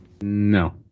No